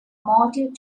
motive